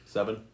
Seven